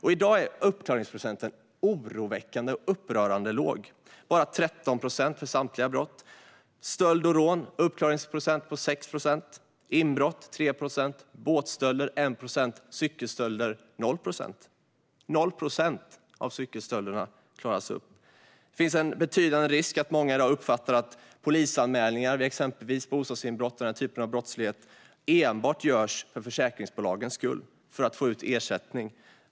I dag är uppklaringsprocenten oroväckande och upprörande låg - bara 13 procent för samtliga brott. För stöld och rån är uppklaringsgraden 6 procent. För inbrott är den 3 procent, för båtstölder 1 procent och för cykelstölder 0 procent. 0 procent av cykelstölderna klaras upp! Det finns en betydande risk för att många i dag uppfattar att polisanmälningar vid exempelvis bostadsinbrott och liknande brottslighet enbart görs för försäkringsbolagens skull, för att man ska kunna få ut ersättning.